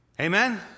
Amen